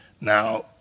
Now